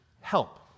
help